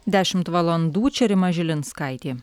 dešimt valandų čia rima žilinskaitė